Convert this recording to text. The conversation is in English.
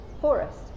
Forest